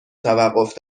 توقف